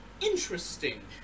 interesting